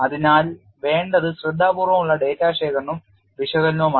അതിനാൽ വേണ്ടത് ശ്രദ്ധാപൂർവ്വമുള്ള ഡാറ്റ ശേഖരണവും വിശകലനവും ആണ്